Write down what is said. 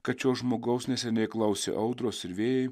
kad šio žmogaus neseniai klausė audros ir vėjai